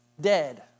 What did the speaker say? dead